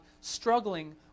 struggling